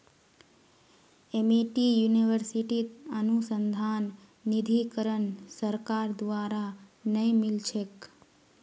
Amity यूनिवर्सिटीत अनुसंधान निधीकरण सरकार द्वारा नइ मिल छेक